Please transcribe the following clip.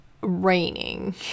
raining